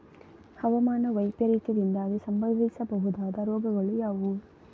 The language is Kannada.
ಹವಾಮಾನ ವೈಪರೀತ್ಯದಿಂದಾಗಿ ಸಂಭವಿಸಬಹುದಾದ ರೋಗಗಳು ಯಾವುದು?